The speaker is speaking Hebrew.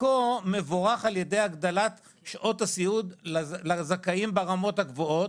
חלקו מבורך על ידי הגדלת שעות הסיעוד לזכאים ברמות הגבוהות,